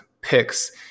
picks